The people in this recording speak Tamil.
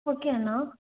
ஓகே அண்ணா